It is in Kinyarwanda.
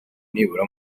nibura